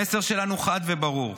המסר שלנו חד וברור: